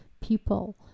people